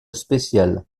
spéciale